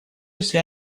если